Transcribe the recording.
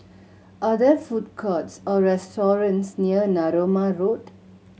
are there food courts or restaurants near Narooma Road